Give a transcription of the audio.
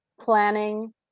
planning